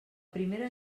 primera